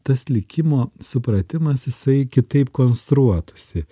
tas likimo supratimas jisai kitaip konstruotųsi